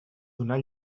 donar